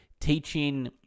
teaching